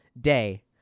Day